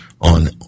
on